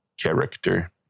character